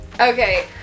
Okay